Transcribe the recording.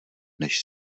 než